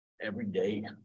everyday